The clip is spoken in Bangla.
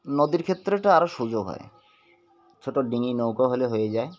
নদীর ক্ষেত্রেটা আরও সুযোগ হয় ছোটো ডিঙি নৌকা হলে হয়ে যায়